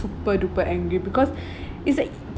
super duper angry because it's like